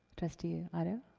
trustee otto?